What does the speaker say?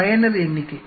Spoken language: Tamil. பயனர் எண்ணிக்கை